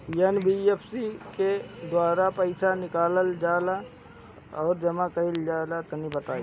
NBFC के द्वारा पईसा निकालल जला की जमा कइल जला तनि बताई?